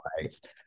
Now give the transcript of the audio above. right